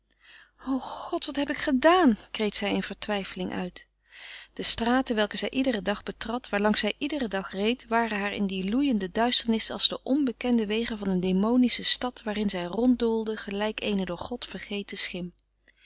o god wat heb ik gedaan kreet zij in vertwijfeling uit de straten welke zij iederen dag betrad waarlangs zij iederen dag reed waren haar in die loeiende duisternis als de onbekende wegen van een demonische stad waarin zij ronddoolde gelijk eene door god vergeten schim